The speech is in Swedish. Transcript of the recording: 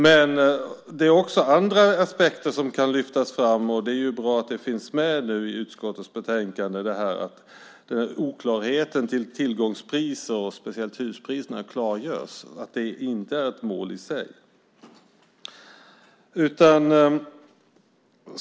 Men det är också andra aspekter som kan lyftas fram, och det är ju bra att detta med oklarheten kring tillgångspriser och speciellt huspriserna - att det inte är ett mål i sig - finns med i utskottets betänkande.